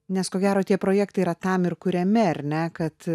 nes ko gero tie projektai yra tam ir kuriami ar ne kad